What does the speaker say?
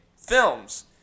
films